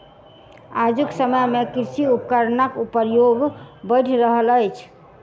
आजुक समय मे कृषि उपकरणक प्रयोग बढ़ि रहल अछि